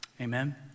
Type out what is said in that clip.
Amen